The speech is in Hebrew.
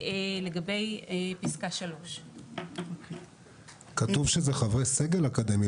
לגבי פסקה 3. כתוב שזה חברי סגל אקדמי,